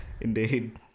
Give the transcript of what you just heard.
Indeed